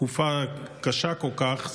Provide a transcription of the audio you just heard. תקופה קשה כל כך,